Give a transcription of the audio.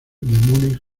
múnich